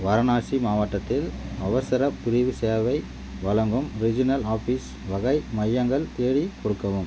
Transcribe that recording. வாரணாசி மாவட்டத்தில் அவசரப் பிரிவு சேவை வழங்கும் ரீஜினல் ஆஃபீஸ் வகை மையங்கள் தேடிக் கொடுக்கவும்